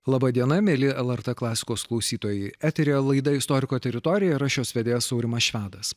laba diena mieli lrt klasikos klausytojai eteryje laida istoriko teritorija ir aš jos vedėjas aurimas švedas